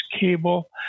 cable